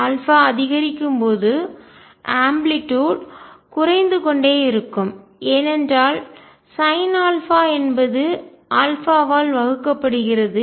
α அதிகரிக்கும் போது ஆம்ப்ளிடுயுட் வீச்சு குறைந்து கொண்டே இருக்கும் ஏனென்றால் Sinα என்பது ஆல் வகுக்கப்படுகிறது